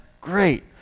great